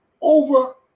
over